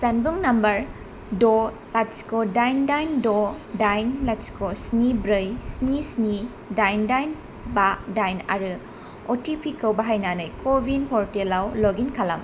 जानबुं नम्बर द' लाथिख' दाइन दाइन द' दाइन लाथिख' स्नि ब्रै स्नि स्नि दाइन दाइन बा दाइन आरो अटिपिखौ बाहायनानै क'विन पर्टेलाव लगइन खालाम